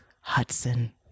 Hudson